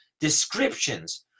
Descriptions